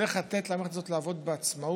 צריך לתת למערכת הזאת לעבוד בעצמאות.